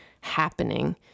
happening